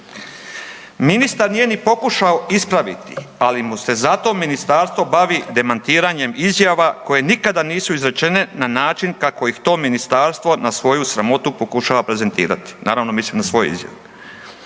Ministar nije ni pokušao ispraviti, ali mu se zato ministarstvo bavi demantiranjem izjava koje nikada nisu izrečene, na način kako ih to ministarstvo na svoju sramotu pokušava prezentirati. Naravno, mislim na svoje izjave.